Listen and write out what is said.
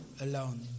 Alone